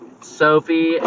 Sophie